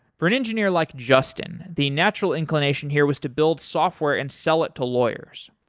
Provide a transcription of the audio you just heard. for an engineer like justin, the natural inclination here was to build software and sell it to lawyers,